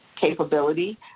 capability